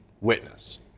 witness